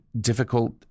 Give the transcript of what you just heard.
difficult